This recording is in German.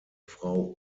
frau